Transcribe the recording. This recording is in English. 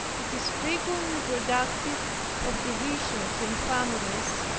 it is frequently productive of divisions in families,